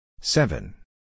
Seven